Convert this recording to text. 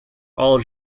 all